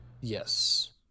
Yes